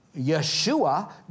Yeshua